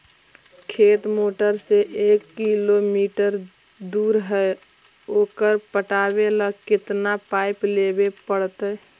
खेत मोटर से एक किलोमीटर दूर है ओकर पटाबे ल केतना पाइप लेबे पड़तै?